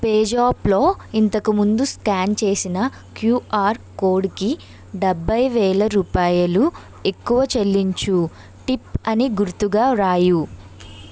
పేజాప్లో ఇంతకు ముందు స్కాన్ చేసిన క్యూఆర్ కోడ్కి డెబ్బై వేల రూపాయలు ఎక్కువ చెల్లించు టిప్ అని గుర్తుగా వ్రాయు